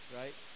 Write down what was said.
right